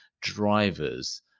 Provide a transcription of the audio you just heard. drivers